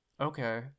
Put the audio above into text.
Okay